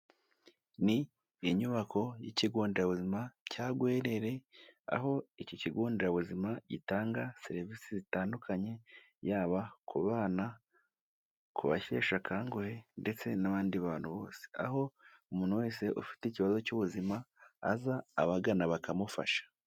Ni inyubako y'ikigo nderabuzima cya Gwerere, aho iki kigonderabuzima gitanga serivisi zitandukanye, yaba kubana, kubashesha akanguhe ndetse n'abandi bantu bose, aho umuntu wese ufite ikibazo cy'ubuzima aza abagana bakamufasha.